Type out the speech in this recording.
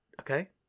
okay